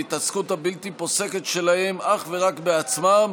והתעסקות הבלתי-פוסקת שלהם אך ורק בעצמם